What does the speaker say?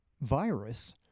Virus